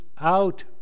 out